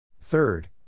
Third